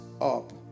up